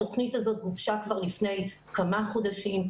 התוכנית הזו גובשה כבר לפני כמה חודשים,